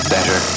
Better